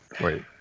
Wait